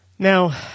Now